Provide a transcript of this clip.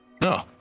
no